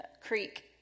Creek